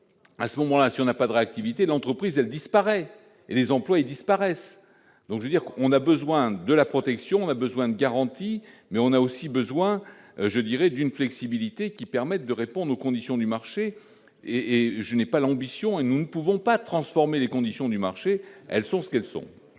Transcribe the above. à ce moment-là, si on n'a pas de réactivité d'entreprise elle disparaît et les employes et disparaissent donc je dire qu'on a besoin de la protection a besoin de garanties, mais on a aussi besoin je dirais d'une flexibilité qui permette de répondre aux conditions du marché et je n'ai pas l'ambition et nous ne pouvons pas transformer les conditions du marché, elles sont ce qu'elles sont.